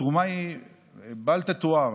התרומה היא בל תתואר.